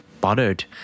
bothered